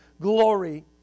glory